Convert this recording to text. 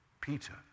Peter